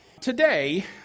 Today